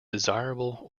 desirable